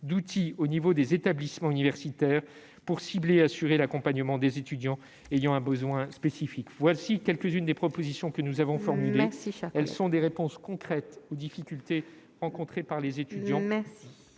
d'outils au sein des établissements universitaires pour cibler et assurer l'accompagnement des étudiants ayant un besoin spécifique. Voilà quelques-unes des propositions que nous avons formulées. Veuillez conclure, cher collègue. Elles sont des réponses concrètes aux difficultés rencontrées par les étudiants.